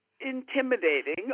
intimidating